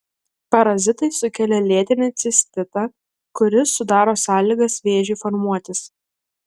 parazitai sukelia lėtinį cistitą kuris sudaro sąlygas vėžiui formuotis